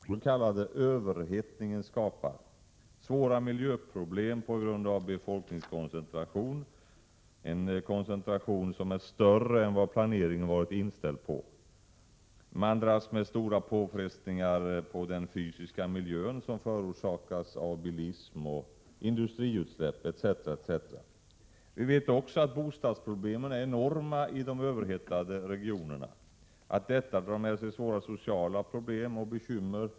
Fru talman! Att vi i Sverige i dag har en synnerligen besvärande alla de bäde positiva och negativa problem som den s.k. överhettningen skapar, inte minst svåra miljöproblem på grund av en befolkningskoncentration som är större än vad planeringen varit inställd på. Man utsätts också för stora påfrestningar på den fysiska miljön förorsakade av bilism och industriutsläpp etc. Vi vet också att bostadsproblemen är enorma i de överhettade regionerna och att detta drar med sig svåra sociala bekymmer.